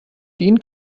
den